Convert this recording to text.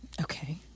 Okay